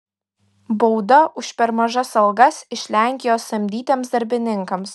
bauda už per mažas algas iš lenkijos samdytiems darbininkams